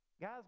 Guys